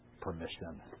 permission